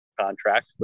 contract